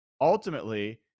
Ultimately